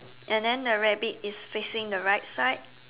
and then the rabbit is facing the right side